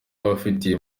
abafatiwe